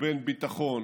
ובין ביטחון